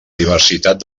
diversitat